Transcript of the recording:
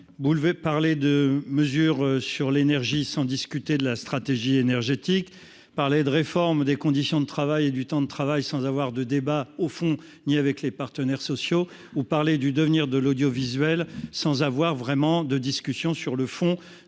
examiner des mesures sur l'énergie sans discuter de stratégie énergétique, parler de réforme des conditions de travail et du temps de travail sans avoir de débat au fond ou avec les partenaires sociaux, ou encore aborder le devenir de l'audiovisuel sans mener de discussion sur ce que